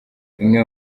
imwe